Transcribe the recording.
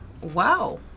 Wow